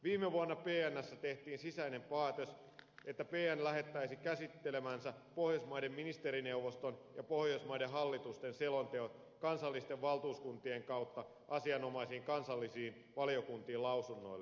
viime vuonna pnssa tehtiin sisäinen päätös että pn lähettäisi käsittelemänsä pohjoismaiden ministerineuvoston ja pohjoismaiden hallitusten selonteot kansallisten valtuuskuntien kautta asianomaisiin kansallisiin valiokuntiin lausunnoille